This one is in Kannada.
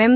ಎಂ